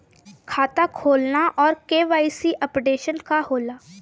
खाता खोलना और के.वाइ.सी अपडेशन का होला?